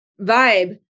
vibe